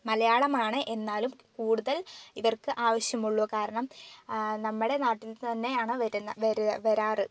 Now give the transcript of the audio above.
മലയാളമാണ് എന്നാലും കൂടുതൽ ഇവർക്ക് ആവിശ്യമുള്ളൂ കാരണം നമ്മുടെ നാട്ടിൽ തന്നെയാണ് വരുന്നത് വരാറ്